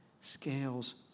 scales